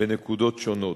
בנקודות שונות.